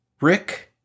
Rick